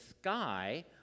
sky